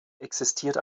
existiert